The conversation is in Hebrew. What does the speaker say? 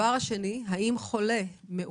האם חלה החובה על חולה מאומת